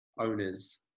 owners